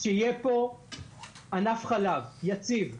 שיהיה פה ענף חלב יציב,